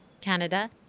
Canada